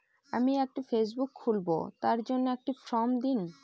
আমি একটি ফেসবুক খুলব তার জন্য একটি ফ্রম দিন?